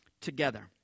together